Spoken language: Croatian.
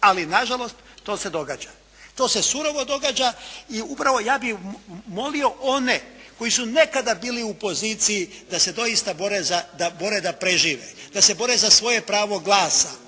Ali nažalost, to se događa. To se surovo događa. I upravo ja bi molio one koji su nekada bili u poziciji da se doista bore da prežive, da se bore za svoje pravo glasa,